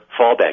fallback